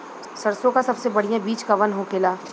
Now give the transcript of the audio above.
सरसों का सबसे बढ़ियां बीज कवन होखेला?